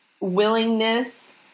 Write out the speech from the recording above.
willingness